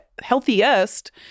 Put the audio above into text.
healthiest